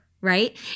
right